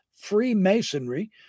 Freemasonry